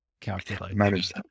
calculate